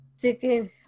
chicken